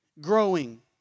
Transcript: growing